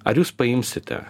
ar jūs paimsite